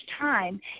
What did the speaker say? time